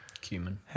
Cumin